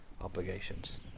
obligations